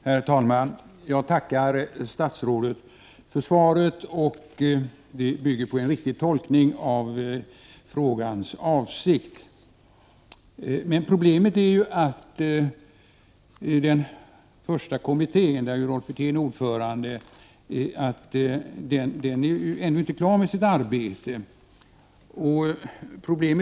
Herr talman! Jag tackar statsrådet för svaret. Det bygger på en riktig tolkning av min avsikt med frågan. Problemet är ju att den första kommittén ännu inte är klar med sitt arbete.